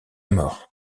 mort